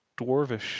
dwarvish